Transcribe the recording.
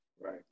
Right